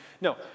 No